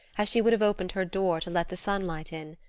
as she would have opened her door to let the sunlight in.